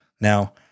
Now